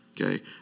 Okay